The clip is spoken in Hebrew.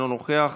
אינו נוכח,